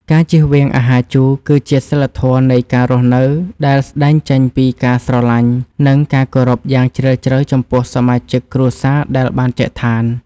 ការជៀសវាងអាហារជូរ គឺជាសីលធម៌នៃការរស់នៅដែលស្តែងចេញពីការស្រឡាញ់ និង ការគោរពយ៉ាងជ្រាលជ្រៅចំពោះសមាជិកគ្រួសារដែលបានចែកឋាន។